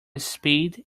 spade